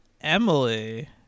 Emily